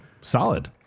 solid